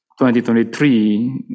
2023